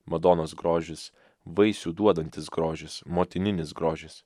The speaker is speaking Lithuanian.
madonos grožis vaisių duodantis grožis motininis grožis